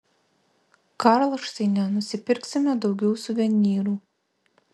karlšteine nusipirksime daugiau suvenyrų